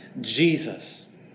Jesus